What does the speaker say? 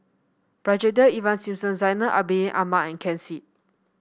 Brigadier Ivan Simson Zainal Abidin Ahmad and Ken Seet